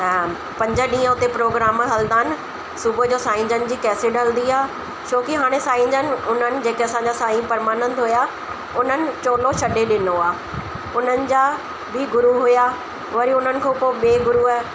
पंज ॾींहं उते प्रोग्राम हलंदा आहिनि सुबुह जो साईं जन जी केसट हलंदी आहे छोकी हाणे साईं जन उन्हनि जेके असांजा साईं परमानंद हुआ उन्हनि चोलो छॾे ॾिनो आहे उन्हनि जा बि गुरू हुआ वरी हुननि खां पोइ ॿिए गुरूअ